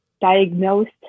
diagnosed